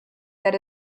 that